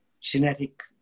genetic